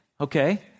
okay